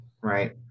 right